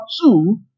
two